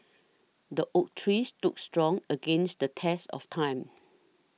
the oak tree stood strong against the test of time